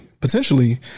potentially